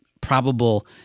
probable